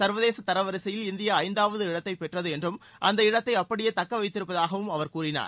சர்வதேச தர வரிசையில் இந்தியா ஐந்தாவது இடத்தை பெற்றது என்றும் அந்த இடத்தை அப்படியே தக்க வைத்திருப்பதாகவும் அவர் கூறினார்